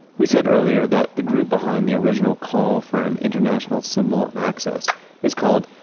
we said earlier that the group behind the original call for an international symbol of access is called,